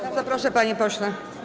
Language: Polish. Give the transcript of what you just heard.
Bardzo proszę, panie pośle.